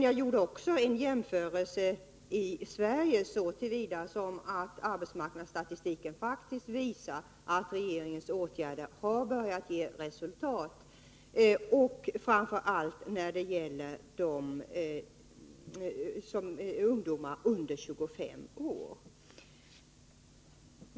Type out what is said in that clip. Jag gjorde också en jämförelse som gällde förhållandena inom Sverige så till vida att jag pekade på att arbetsmarknadsstatistiken faktiskt visar att regeringens åtgärder har börjat ge resultat, framför allt när det gäller ungdomar under 25 år.